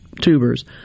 tubers